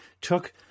took